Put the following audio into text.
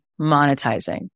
monetizing